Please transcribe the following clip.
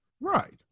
right